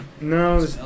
No